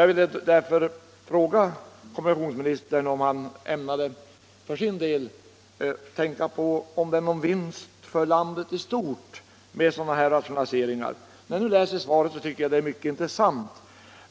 Jag ville därför fråga kommunikationsministern om han för sin del ämnade tänka över om det är någon vinst för landet i stort med sådana rationaliseringar. | När jag nu läst svaret har jag funnit det mycket intressant.